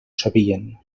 sabien